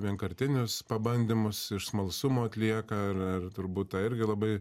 vienkartinis pabandymas iš smalsumo atlieka ar ar turbūt irgi labai